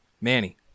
Manny